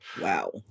Wow